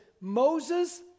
Moses